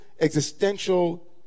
existential